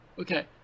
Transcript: okay